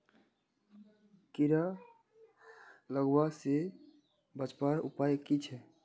कीड़ा लगवा से बचवार उपाय की छे?